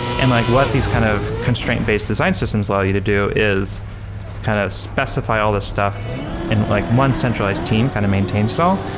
and like what these kind of constraint-based design systems allow you to do is kind of specify all the stuff in like one centralized team kind of maintains it all,